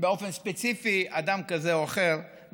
באופן ספציפי אדם כזה או אחר,